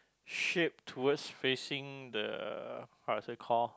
shaped towards facing the how is it call